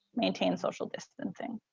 maintain social distancing.